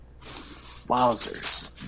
Wowzers